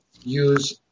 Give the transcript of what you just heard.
use